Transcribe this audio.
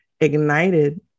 ignited